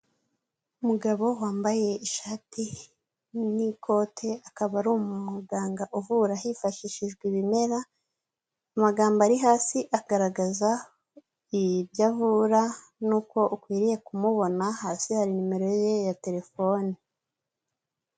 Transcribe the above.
Umugabo wambaye ishati n'ikote akaba ari umuganga uvura hifashishijwe ibimera amagambo ari hasi agaragaza ibyo avura n'uko ukwiriye kumubona hasi hari nimero ye ya telefone.